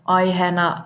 aiheena